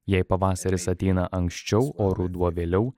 jei pavasaris ateina anksčiau o ruduo vėliau